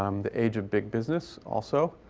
um the age of big business also.